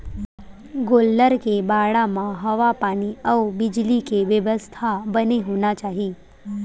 गोल्लर के बाड़ा म हवा पानी अउ बिजली के बेवस्था बने होना चाही